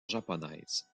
japonaise